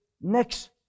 next